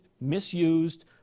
misused